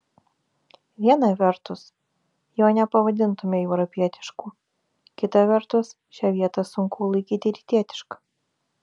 viena vertus jo nepavadintumei europietišku kita vertus šią vietą sunku laikyti rytietiška